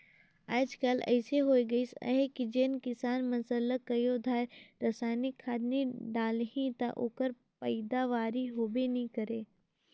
आएज काएल अइसे होए गइस अहे कि जेन किसान मन सरलग कइयो धाएर रसइनिक खाद नी डालहीं ता ओकर पएदावारी होबे नी करे